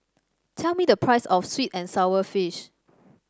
tell me the price of sweet and sour fish